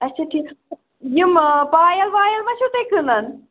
اَچھا ٹھیٖک یِم پایل وایل ما چھِو تُہۍ کٕنان